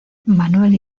manuel